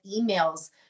emails